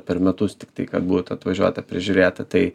per metus tiktai kad būtų atvažiuota prižiūrėta tai